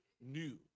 new